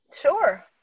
Sure